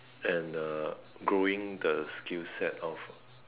and uh growing the skill set of